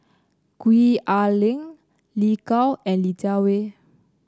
Gwee Ah Leng Lin Gao and Li Jiawei